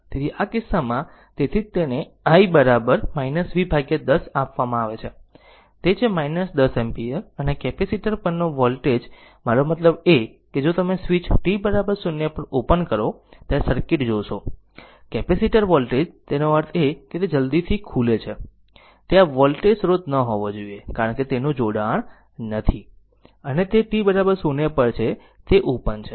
તેથી આ કિસ્સામાં તેથી જ તેને i v 10 આપવામાં આવે છે તે છે 10 એમ્પીયર અને કેપેસીટર પર નો વોલ્ટેજ મારો મતલબ કે જો તમે સ્વીચ t 0 પર ઓપન કરો ત્યારે સર્કિટ જોશો કેપેસીટર વોલ્ટ તેનો અર્થ છે કે તે જલદી તે ખુલે છે તે આ વોલ્ટેજ સ્રોત ન હોવો જોઈએ કારણ કે તેનું જોડાણ નથી અને તે t 0 પર છે તે ઓપન છે